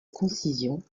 concision